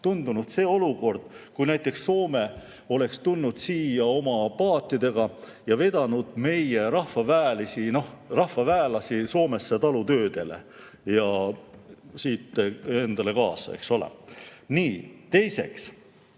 tundunud see olukord, kui näiteks Soome oleks tulnud siia oma paatidega ja vedanud meie rahvaväelasi Soomesse talutöödele ja siit endaga kaasa, eks